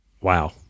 wow